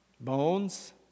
bones